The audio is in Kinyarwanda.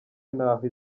n’aho